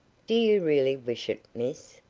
do you really wish it, miss?